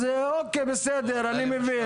אז אוקי, בסדר, אני מבין.